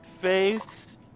face